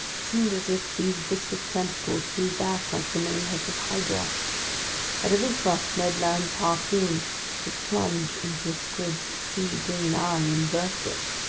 it seemed as if these viscous tentacles grew back like the many heads of hydra. at every thrust ned land's harpoon would plunge into a squid's sea-green eye and burst it.